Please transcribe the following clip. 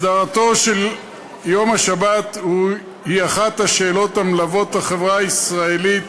הסדרתו של יום השבת היא אחת השאלות המלוות את החברה הישראלית